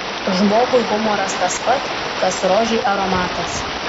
žmogui humoras tas pat kas rožei aromatas